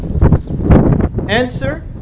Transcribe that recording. Answer